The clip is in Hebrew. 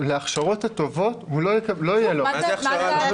להכשרות הטובות לא יהיה לו --- מה זה הכשרה טובה?